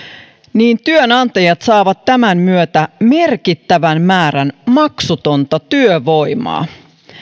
niin työnantajat saavat tämän myötä merkittävän määrän maksutonta työvoimaa